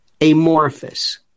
Amorphous